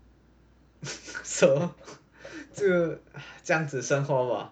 so 就这样子生活吧